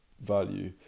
value